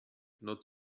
not